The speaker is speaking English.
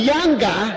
Younger